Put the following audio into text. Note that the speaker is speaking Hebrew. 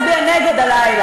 ולכן אנחנו נצביע נגד הלילה.